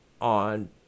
on